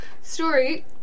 story